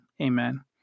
Amen